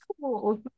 cool